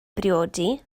briodi